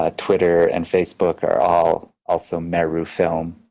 ah twitter and facebook are all also merufilm,